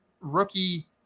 rookie